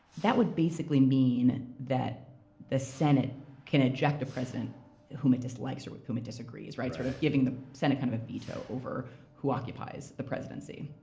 that would basically mean that the senate can eject a president whom it dislikes or with whom it disagrees. sort of giving the senate kind of a veto over who occupies the presidency.